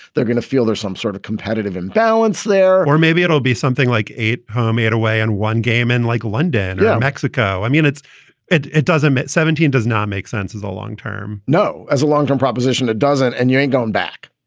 they're going to feel there's some sort of competitive imbalance there or maybe it'll be something like eight home-made away in one game in like london, yeah mexico i mean, it's it it doesn't matter. seventeen does not make sense as a long term. no as a long-term proposition, it doesn't. and you ain't going back